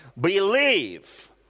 believe